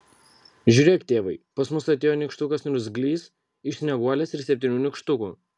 žiūrėk tėvai pas mus atėjo nykštukas niurzglys iš snieguolės ir septynių nykštukų